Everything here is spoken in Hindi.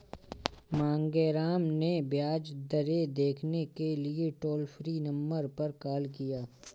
मांगेराम ने ब्याज दरें देखने के लिए टोल फ्री नंबर पर कॉल किया